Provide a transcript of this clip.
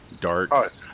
dark